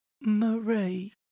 Marie